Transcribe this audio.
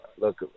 Look